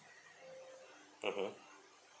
mmhmm